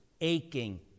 aching